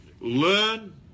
learn